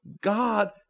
God